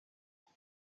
عادت